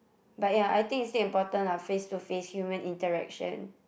but ya I think it's still important lah face to face human interaction